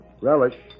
Relish